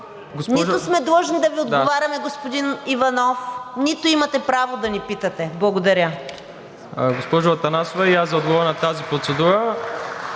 нито сме длъжни да Ви отговаряме, господин Иванов, нито имате право да ни питате. Благодаря.